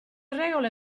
regole